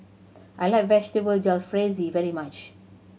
I like Vegetable Jalfrezi very much